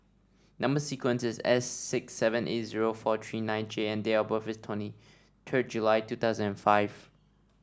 number sequence is S six seven eight zero four three nine J and date of birth is twenty third July two thousand and five